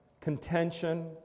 contention